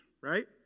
Right